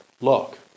look